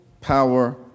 power